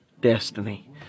destiny